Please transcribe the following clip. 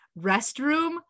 restroom